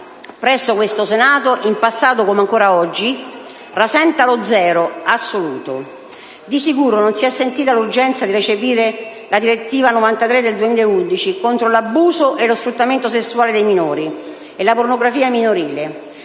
presso questo Senato, in passato come ancora oggi, rasenta lo zero assoluto. Di sicuro non si è sentita l'urgenza di recepire la direttiva n. 93 del 2011 contro l'abuso e lo sfruttamento sessuale dei minori e la pornografia minorile.